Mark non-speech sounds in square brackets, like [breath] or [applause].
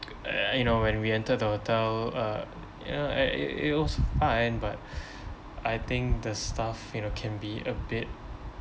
uh you know when we entered the hotel uh ya and it it was fine but [breath] I think the staff you know can be a bit